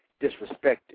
disrespected